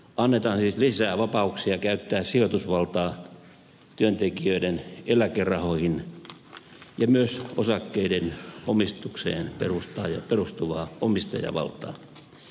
annetaan siis lisää vapauksia käyttää sijoitusvaltaa työntekijöiden eläkerahoihin ja myös osakkeiden omistukseen perustuvaa omistajavaltaa